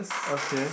okay